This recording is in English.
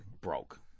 broke